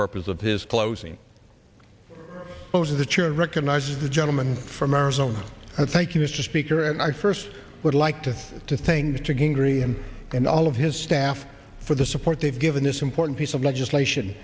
purpose of his closing most of the chair recognizes the gentleman from arizona thank you mr speaker and i first would like to to things to gingrey and all of his staff for the support they've given this important piece of legislation